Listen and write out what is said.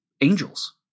angels